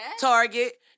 Target